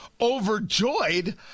overjoyed